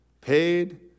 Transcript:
Paid